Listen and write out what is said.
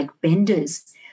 benders